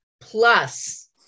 Plus